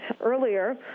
earlier